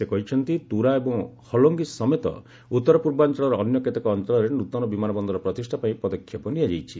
ସେ କହିଛନ୍ତି ତୁରା ଏବଂ ହୋଲୋଙ୍ଗି ସମେତ ଉତ୍ତର ପୂର୍ବାଞ୍ଚଳର ଅନ୍ୟ କେତେକ ଅଞ୍ଚଳରେ ନୃତନ ବିମାନ ବନ୍ଦର ପ୍ରତିଷ୍ଠା ପାଇଁ ପଦକ୍ଷେପ ନିଆଯାଇଛି